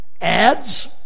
ads